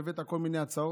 והבאת כל מיני הצעות.